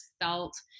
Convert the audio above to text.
felt